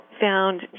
found